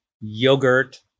yogurt